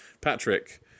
Patrick